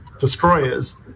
destroyers